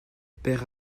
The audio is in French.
père